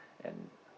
and